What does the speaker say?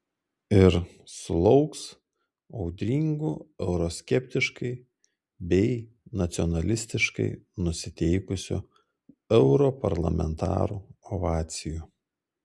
ir sulauks audringų euroskeptiškai bei nacionalistiškai nusiteikusių europarlamentarų ovacijų